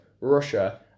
Russia